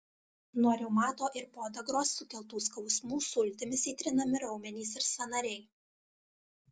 nuo reumato ir podagros sukeltų skausmų sultimis įtrinami raumenys ir sąnariai